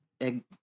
egg